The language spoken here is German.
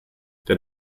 der